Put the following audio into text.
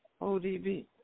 ODB